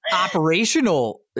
operational